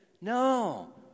No